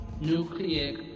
Nucleic